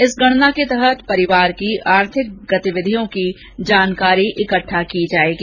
इस गणना के तहत परिवार की आर्थिक गतिविधियों की जानकारी इकट्ठा की जाएगी